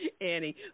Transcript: Annie